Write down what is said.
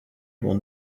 will